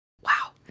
Wow